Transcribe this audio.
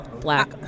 black